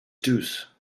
deuce